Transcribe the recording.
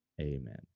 amen